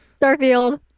Starfield